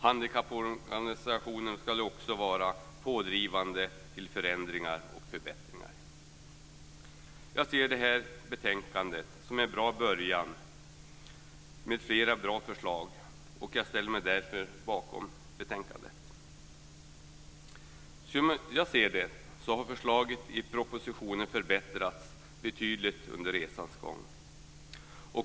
Handikapporganisationerna ska också vara pådrivande när det gäller förändringar och förbättringar. Jag ser det här betänkandet som en bra början med flera bra förslag och jag ställer mig därför bakom betänkandet. Som jag ser det har förslaget i propositionen förbättrats betydligt under resans gång.